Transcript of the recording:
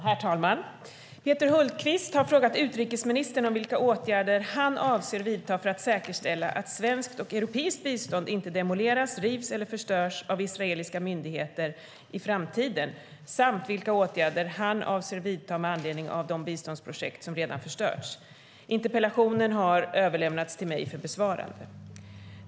Herr talman! Peter Hultqvist har frågat utrikesministern om vilka åtgärder han avser att vidta för att säkerställa att svenskt och europeiskt bistånd inte demoleras, rivs eller förstörs av israeliska myndigheter i framtiden samt vilka åtgärder han avser att vidta med anledning av de biståndsprojekt som redan förstörts. Interpellationen har överlämnats till mig för besvarande.